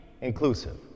inclusive